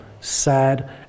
sad